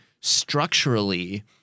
structurally